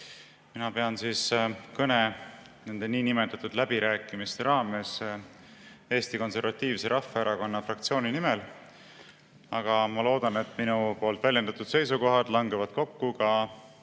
Mina pean siis kõne nende niinimetatud läbirääkimiste raames Eesti Konservatiivse Rahvaerakonna fraktsiooni nimel. Aga ma loodan, et minu väljendatud seisukohad langevad kokku